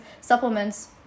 supplements